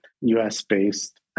US-based